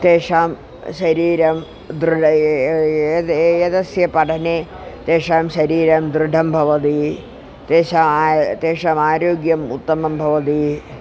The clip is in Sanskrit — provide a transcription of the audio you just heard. तेषां शरीरं दृढम् एद् एतस्य पठने तेषां शरीरं दृढं भवदि तेषां तेषाम् आरोग्यम् उत्तमं भवति